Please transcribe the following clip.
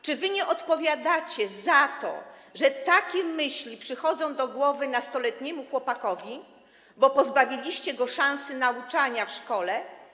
Czy nie odpowiadacie za to, że takie myśli przychodzą do głowy nastoletniemu chłopakowi, bo pozbawiliście go szansy uczenia się w szkole?